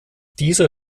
dieser